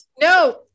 No